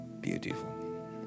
Beautiful